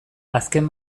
azken